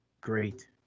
Great